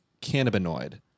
cannabinoid